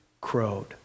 crowed